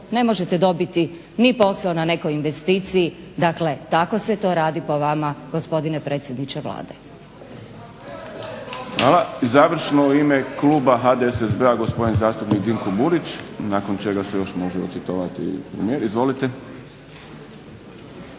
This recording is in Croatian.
ne možete dobiti ni posao na nekoj investiciji, dakle tako se to radi po vama gospodine predsjedniče Vlade. **Šprem, Boris (SDP)** Hvala. Završno u ime kluba HDSSB-a gospodin zastupnik Dinko Burić. Nakon čega se još može očitovati premijer. Izvolite.